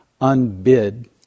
unbid